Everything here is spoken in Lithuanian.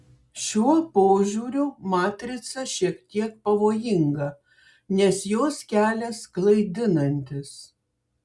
šiuo požiūriu matrica šiek tiek pavojinga nes jos kelias klaidinantis